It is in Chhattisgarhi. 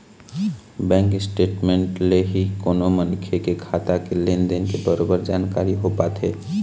बेंक स्टेटमेंट ले ही कोनो मनखे के खाता के लेन देन के बरोबर जानकारी हो पाथे